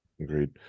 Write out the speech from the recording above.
Agreed